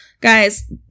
Guys